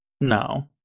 no